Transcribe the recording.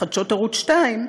לחדשות ערוץ 2,